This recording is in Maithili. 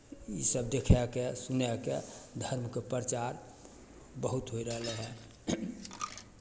इसभ देखयके सुनयके धर्मके प्रचार बहुत हो रहलै हन